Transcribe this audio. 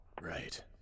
Right